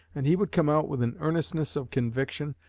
and he would come out with an earnestness of conviction,